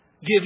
give